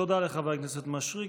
תודה רבה לחבר הכנסת מישרקי.